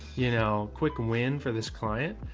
you know, quick win for this client.